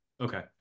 okay